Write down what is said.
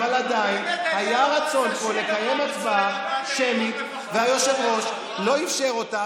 אבל עדיין היה רצון פה לקיים הצבעה שמית והיושב-ראש לא אפשר אותה,